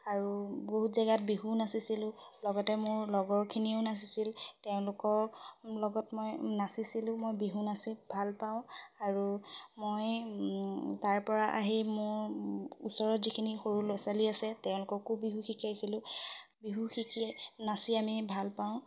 আৰু বহুত জেগাত বিহুও নাচিছিলোঁ লগতে মোৰ লগৰখিনিও নাচিছিল তেওঁলোকৰ লগত মই নাচিছিলোঁ মই বিহু নাচি ভালপাওঁ আৰু মই তাৰ পৰা আহি মোৰ ওচৰত যিখিনি সৰু ল'ৰা ছোৱালী আছে তেওঁলোককো বিহু শিকাইছিলোঁ বিহু শিকিয়ে নাচি আমি ভাল পাওঁ